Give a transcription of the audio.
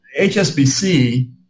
HSBC